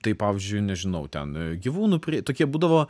tai pavyzdžiui nežinau ten gyvūnų prie tokie būdavo